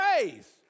praise